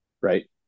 Right